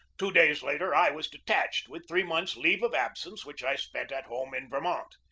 two days later i was detached, with three months' leave of absence, which i spent at home in vermont.